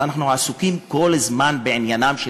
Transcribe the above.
אנחנו עסוקים כל הזמן בעניינם של